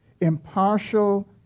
impartial